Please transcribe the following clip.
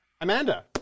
Amanda